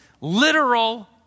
literal